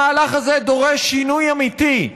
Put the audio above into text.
המהלך הזה דורש שינוי אמיתי,